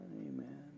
amen